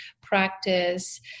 practice